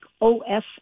OS